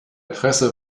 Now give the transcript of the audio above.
presse